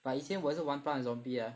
but 以前我也是玩 Plant and Zombie 的